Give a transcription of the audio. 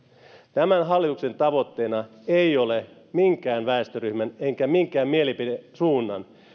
tämän hallituksen tavoitteina ei ole minkään väestöryhmän eikä minkään mielipidesuunnan